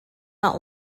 not